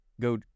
go